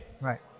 right